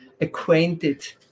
acquainted